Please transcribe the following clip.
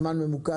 זמן ממוקד.